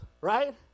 right